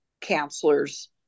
counselors